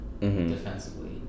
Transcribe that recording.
defensively